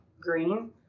green